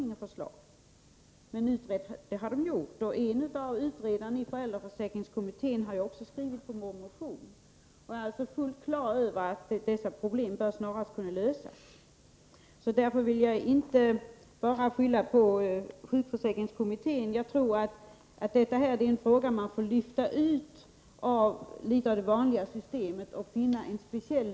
Men frågan har utretts, och en av utredarna i föräldraförsäkringskommittén har skrivit under vår motion. Jag menar att dessa problem skulle kunna lösas med det snaraste, och jag vill alltså inte lägga skulden för dem enbart på sjukförsäkringskommittén. Jag anser att denna fråga bör lyftas ut ur systemet i övrigt och lösas separat.